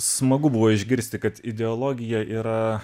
smagu buvo išgirsti kad ideologija yra